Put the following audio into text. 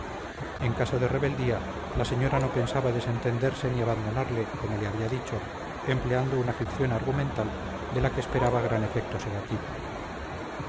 en caso de rebeldía la señora no pensaba desentenderse ni abandonarle como le había dicho empleando una ficción argumental de la que esperaba gran efecto sedativo